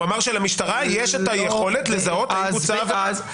הוא אמר שלמשטרה יש את היכולת לזהות אם בוצעה עבירה.